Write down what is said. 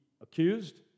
accused